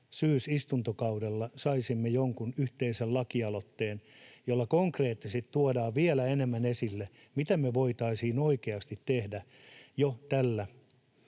syysistuntokaudella saisimme jonkun yhteisen lakialoitteen, jolla konkreettisesti tuodaan vielä enemmän esille, mitä me voitaisiin oikeasti tehdä ja mitä